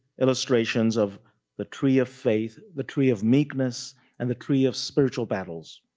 illustrations of the tree of faith, the tree of meekness and the tree of spiritual battles.